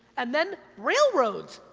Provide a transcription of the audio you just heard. and then railroads,